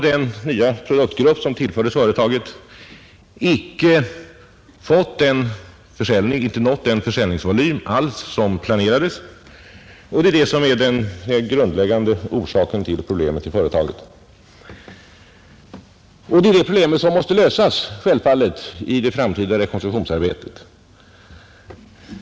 Den nya produktgrupp som tillfördes företaget har inte alls nått den försäljningsvolym som planerades, och det är den akuta orsaken till företagets nuvarande problem. Det problemet måste lösas i det framtida rekonstruktionsarbetet.